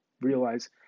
realize